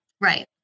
Right